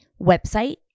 website